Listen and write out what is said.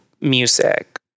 music